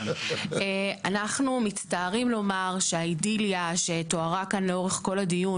אנחנו מצטערים לומר שהאידיליה שתוארה כאן לאורך כל הדיון,